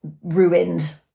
ruined